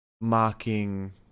mocking